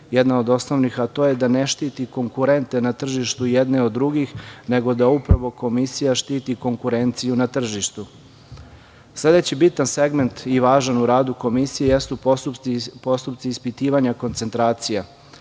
jedan od osnovnih, a to je da ne štiti konkurente na tržištu jedne od drugih, nego da upravo Komisija štiti konkurenciju na tržištu. Sledeći bitan segment i važan u radu Komisije jesu postupci ispitivanja koncentracija.